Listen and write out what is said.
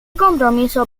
compromiso